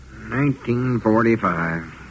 1945